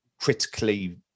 critically